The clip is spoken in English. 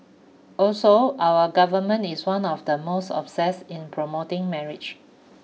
also our Government is one of the most obsessed in promoting marriage